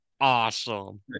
awesome